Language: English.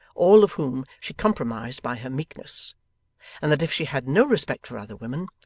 all of whom she compromised by her meekness and that if she had no respect for other women,